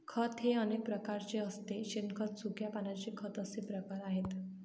खत हे अनेक प्रकारचे असते शेणखत, सुक्या पानांचे खत असे प्रकार आहेत